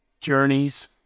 journeys